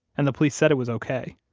and the police said it was ok.